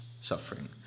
suffering